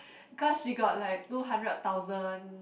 cos she got like two hundred thousand